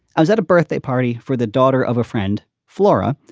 i was at a birthday party for the daughter of a friend flora,